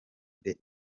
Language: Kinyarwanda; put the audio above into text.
the